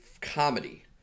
comedy